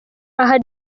aha